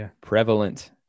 prevalent